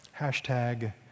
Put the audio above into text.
hashtag